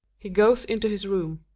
he goes into his room.